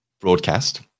broadcast